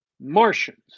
Martians